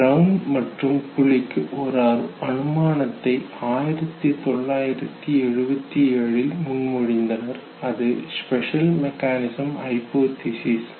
brown மற்றும் Glick ஒரு அனுமானத்தை 1977ல் முன்மொழிந்தனர் அது ஸ்பெஷல் மெக்கானிசம் ஹைப்போதீசிஸ்